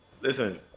Listen